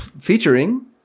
featuring